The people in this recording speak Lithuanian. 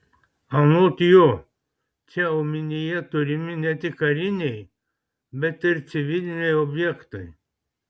anot jo čia omenyje turimi ne tik kariniai bet ir civiliniai objektai